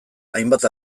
hainbat